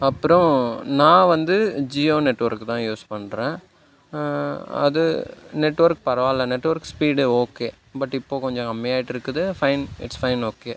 அப்புறம் நான் வந்து ஜியோ நெட்வொர்க் தான் யூஸ் பண்ணுறேன் அது நெட்வொர்க் பரவாயில்ல நெட்வொர்க் ஸ்பீடு ஓகே பட் இப்போ கொஞ்சம் கம்மியாயிட்ருக்குது ஃபைன் இட்ஸ் ஃபைன் ஓகே